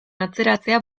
atzeratzea